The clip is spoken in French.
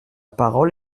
parole